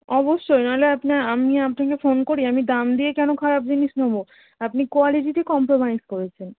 অবশ্যই নইলে আপনা আমি আপনাকে ফোন করি আমি দাম দিয়ে কেন খারাপ জিনিস নোবো আপনি কোয়ালিটিতে কম্প্রোমাইজ করেছেন